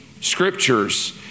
scriptures